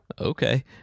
okay